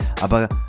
Aber